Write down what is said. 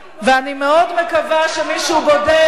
ואני מאוד מקווה שמישהו בודק,